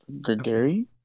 Gregory